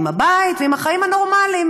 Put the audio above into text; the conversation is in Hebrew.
עם הבית ועם החיים הנורמליים.